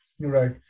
right